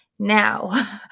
Now